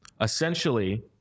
essentially